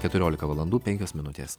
keturiolika valandų penkios minutės